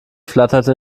flatterte